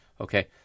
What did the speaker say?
okay